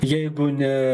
jeigu ne